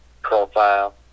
profile